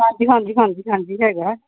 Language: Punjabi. ਹਾਂਜੀ ਹਾਂਜੀ ਹਾਂਜੀ ਹਾਂਜੀ ਹੈਗਾ